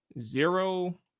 zero